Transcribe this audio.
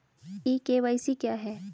ई KYC क्या है?